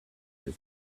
does